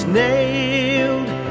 nailed